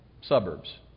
Suburbs